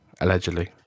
allegedly